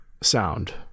sound